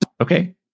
okay